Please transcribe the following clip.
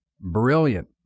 Brilliant